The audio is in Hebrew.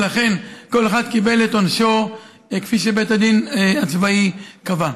ולכן כל אחד קיבל את עונשו כפי שבית הדין הצבאי קבע.